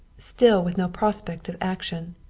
still with no prospect of action.